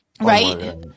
right